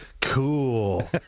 cool